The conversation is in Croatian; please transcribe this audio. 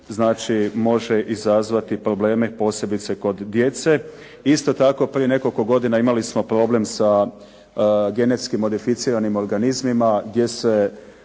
znači može izazvati probleme posebice kod djece. Isto tako prije nekoliko godina imali smo problem sa genetski modificiranim organizmima, gdje su